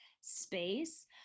space